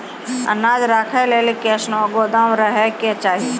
अनाज राखै लेली कैसनौ गोदाम रहै के चाही?